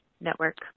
Network